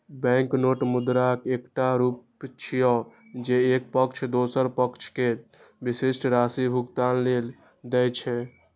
banknote मुद्राक एकटा रूप छियै, जे एक पक्ष दोसर पक्ष कें विशिष्ट राशि भुगतान लेल दै छै